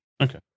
okay